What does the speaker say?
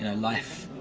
ah life.